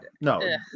no